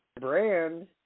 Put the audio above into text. brand